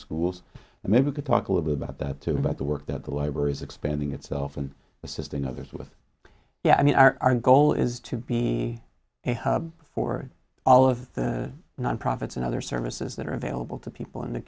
schools and maybe we could talk a little about that too about the work that the library is expanding itself and assisting others with yeah i mean our goal is to be a hub for all of the non profits and other services that are available to people in the